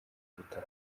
ubutaka